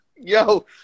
Yo